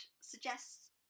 suggests